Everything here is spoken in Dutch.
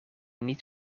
niet